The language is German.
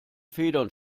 federn